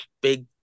big